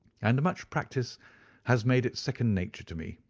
and much practice has made it second nature to me.